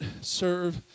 serve